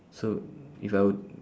so if I would